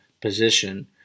position